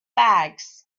bags